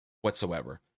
whatsoever